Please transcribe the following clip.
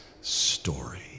story